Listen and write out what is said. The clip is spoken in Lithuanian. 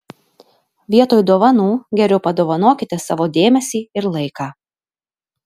vietoj dovanų geriau padovanokite savo dėmesį ir laiką